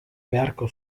beharko